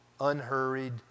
unhurried